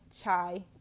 chai